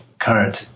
current